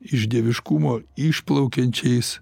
iš dieviškumo išplaukiančiais